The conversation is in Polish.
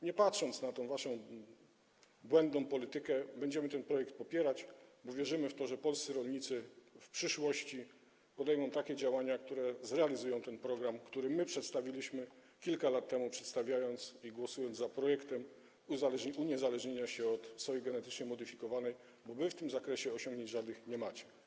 Nie patrząc na tę waszą błędną politykę, będziemy ten projekt popierać, bo wierzymy w to, że polscy rolnicy w przyszłości podejmą takie działania, które zrealizują ten program, który my przedstawiliśmy kilka lat temu, przedstawiając go i głosując za projektem uniezależnienia się od soi genetycznie zmodyfikowanej, bo wy w tym zakresie nie macie żadnych osiągnięć.